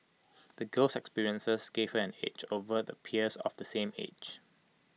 the girl's experiences gave her an edge over her peers of the same age